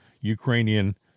Ukrainian